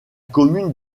commune